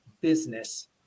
business